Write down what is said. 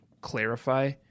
clarify